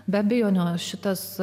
be abejonių šitas